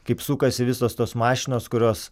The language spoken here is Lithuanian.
kaip sukasi visos tos mašinos kurios